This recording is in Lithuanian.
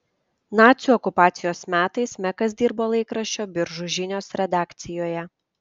nacių okupacijos metais mekas dirbo laikraščio biržų žinios redakcijoje